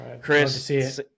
Chris